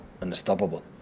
unstoppable